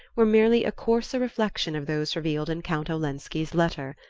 were merely a coarser reflection of those revealed in count olenski's letter.